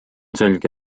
selge